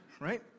Right